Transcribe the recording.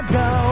go